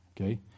Okay